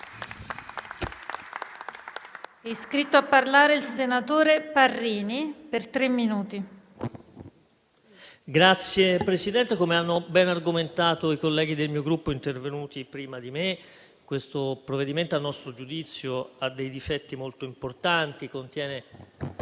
Signor Presidente, come hanno ben argomentato i colleghi del mio Gruppo intervenuti prima di me, il provvedimento in discussione, a nostro giudizio, ha dei difetti molto importanti: contiene